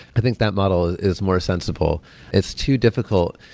i think that model is more sensible it's too difficult,